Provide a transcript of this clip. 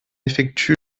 effectue